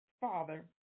Father